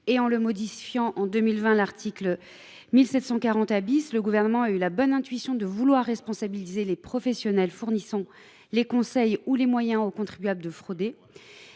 et en le modifiant en 2020, le Gouvernement a eu la bonne idée de vouloir responsabiliser les professionnels fournissant les conseils ou les moyens aux contribuables de frauder,